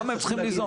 אז הם צריכים ליזום?